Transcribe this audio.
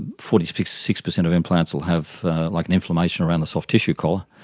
forty six six percent of implants will have like an inflammation around the soft tissue collar,